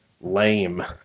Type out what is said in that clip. lame